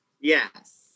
Yes